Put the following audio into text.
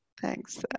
Thanks